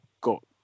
got